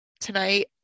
tonight